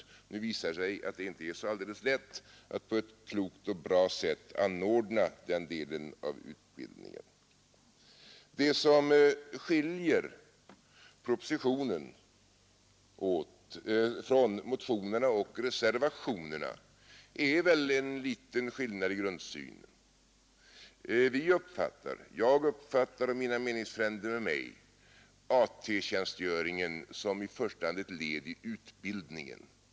Det visar sig att det inte är så alldeles lätt att på ett klokt och bra sätt anordna den delen av utbildningen. Det finns en liten skillnad i grundsynen mellan propositionen å ena sidan och motionerna och reservationerna å den andra. Jag och mina meningsfränder uppfattar AT-tjänstgöringen som i första hand ett led i utbildningen.